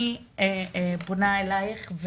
אני פונה אלייך.